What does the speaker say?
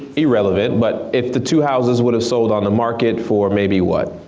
irrelevant, but if the two houses would've sold on the market for maybe what?